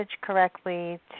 correctly